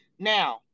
Now